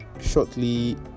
shortly